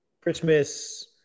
Christmas